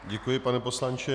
Děkuji, pane poslanče.